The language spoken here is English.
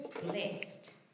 blessed